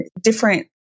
different